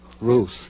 Ruth